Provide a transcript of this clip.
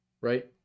right